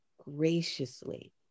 graciously